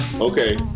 okay